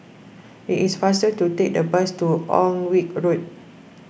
it is faster to take the bus to Alnwick Road